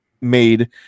made